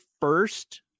first